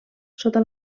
sota